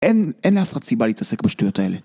אין, אין לאף אחד סיבה להתעסק בשטויות האלה.